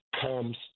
comes